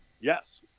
Yes